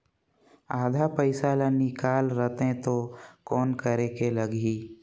आधा पइसा ला निकाल रतें तो कौन करेके लगही?